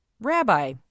Rabbi